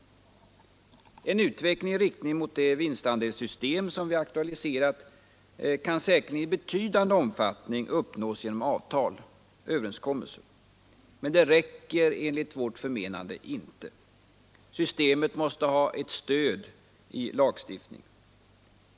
En utveckling i riktning mot det vinstandelssystem som vi aktualiserat kan säkerligen i betydande omfattning uppnås genom avtal, men det räcker enligt vårt förmenande inte. Systemet måste ha ett stöd i lagstiftning.